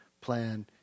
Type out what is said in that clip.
plan